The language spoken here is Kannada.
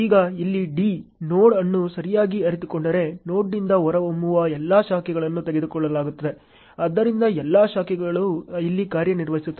ಈಗ ಇಲ್ಲಿ D ನೋಡ್ ಅನ್ನು ಸರಿಯಾಗಿ ಅರಿತುಕೊಂಡರೆ ನೋಡ್ನಿಂದ ಹೊರಹೊಮ್ಮುವ ಎಲ್ಲಾ ಶಾಖೆಗಳನ್ನು ತೆಗೆದುಕೊಳ್ಳಲಾಗುತ್ತದೆ ಆದ್ದರಿಂದ ಎಲ್ಲಾ ಶಾಖೆಗಳು ಇಲ್ಲಿ ಕಾರ್ಯನಿರ್ವಹಿಸುತ್ತವೆ